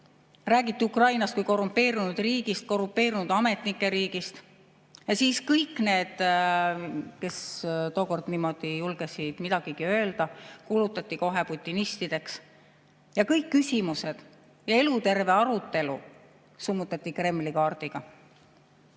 Räägiti Ukrainast kui korrumpeerunud riigist, korrumpeerunud ametnike riigist. Ja siis kõik need, kes tookord niimoodi julgesid midagigi öelda, kuulutati kohe putinistideks. Ja kõik küsimused ja eluterve arutelu summutati Kremli-kaardiga.